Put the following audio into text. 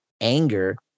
anger